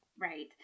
Right